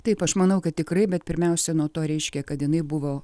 taip aš manau kad tikrai bet pirmiausia nuo to reiškia kad jinai buvo